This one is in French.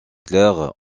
claire